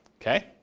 Okay